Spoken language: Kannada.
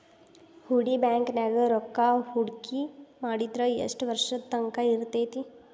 ಹೂಡಿ ಬ್ಯಾಂಕ್ ನ್ಯಾಗ್ ರೂಕ್ಕಾಹೂಡ್ಕಿ ಮಾಡಿದ್ರ ಯೆಷ್ಟ್ ವರ್ಷದ ತಂಕಾ ಇರ್ತೇತಿ?